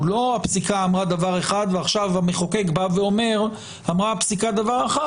לא הפסיקה אמרה דבר אחד ועכשיו המחוקק בא ואומר: אמרה הפסיקה דבר אחד,